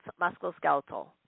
musculoskeletal